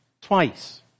twice